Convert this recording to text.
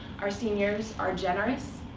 our seniors are generous,